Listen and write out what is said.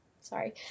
Sorry